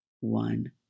one